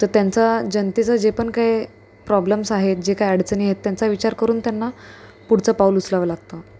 तर त्यांचा जनतेचा जे पण काय प्रॉब्लेम्स आहेत जे काय अडचणी आहेत त्यांचा विचार करून त्यांना पुढचं पाऊल उचलावं लागतं